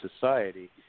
society